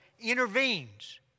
intervenes